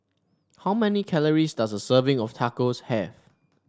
how many calories does a serving of Tacos have